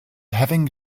having